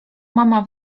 mama